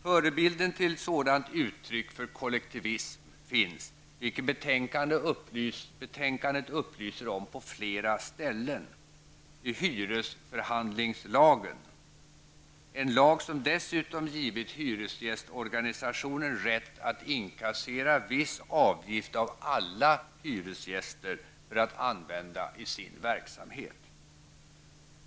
Förebilden till sådant uttryck för kollektivism finns -- vilket betänkandet upplyser om på flera ställen -- i hyresförhandlingslagen, en lag som dessutom givit hyresgästorganisationen rätt att inkassera viss avgift av alla hyresgäster för att använda den i sin verksamhet.